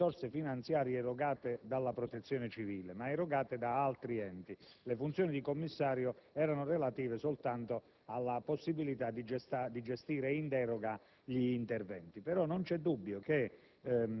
risorse finanziarie erogate non dalla Protezione civile, ma da altri enti. Le funzioni di commissario erano relative soltanto alla possibilità di gestire in deroga gli interventi. Però non c'è dubbio che,